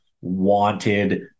wanted